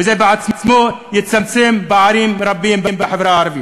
וזה בעצמו יצמצם פערים רבים בחברה הערבית.